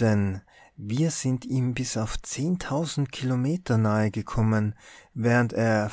denn wir sind ihm bis auf kilometer nahegekommen während er